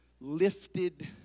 lifted